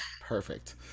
Perfect